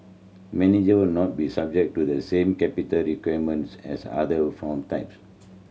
manager not be subject to the same capital requirements as other fund types